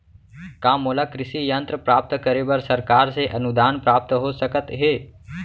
का मोला कृषि यंत्र प्राप्त करे बर सरकार से अनुदान प्राप्त हो सकत हे?